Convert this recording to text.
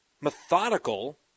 methodical